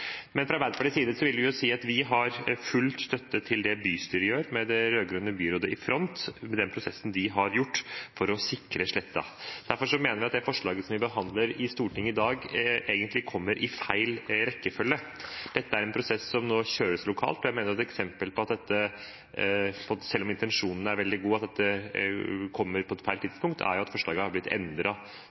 Fra Arbeiderpartiets side vil vi si at vi gir full støtte til det bystyret gjør, med det rød-grønne byrådet i front, i prosessen for å sikre sletta. Derfor mener vi at det forslaget som vi behandler i Stortinget i dag, egentlig kommer i feil rekkefølge. Dette er en prosess som nå kjøres lokalt. Jeg mener at et eksempel på at dette kommer på feil tidspunkt, selv om intensjonen er veldig god, er at forslaget etter at det ble fremmet, har blitt endret til det vi skal stemme over i dag – man erkjente at